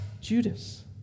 Judas